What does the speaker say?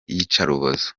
iyicarubozo